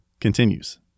continues